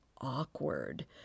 awkward